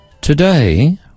Today